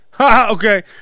Okay